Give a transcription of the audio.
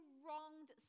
wronged